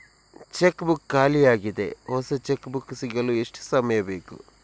Check book ಖಾಲಿ ಯಾಗಿದೆ, ಹೊಸ ಚೆಕ್ ಬುಕ್ ಸಿಗಲು ಎಷ್ಟು ಸಮಯ ಬೇಕು?